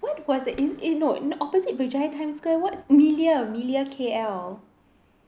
what was it eh eh no opposite berjaya times square what melia melia K_L